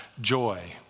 joy